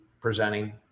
presenting